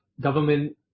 government